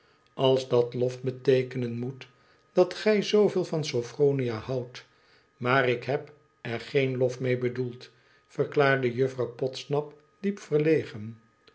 as dat lof beteekenen moet dat gij zooveel van sophronia hondt maar ik heb er geen lof mee bedoeld verklaarde jufirouw podsnap diep verlegen